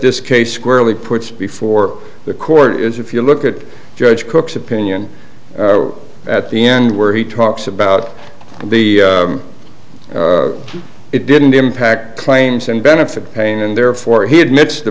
this case squarely puts before the court is if you look at judge cook's opinion at the end where he talks about the it didn't impact claims and benefits pain and therefore he admits the